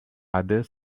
other